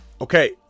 Okay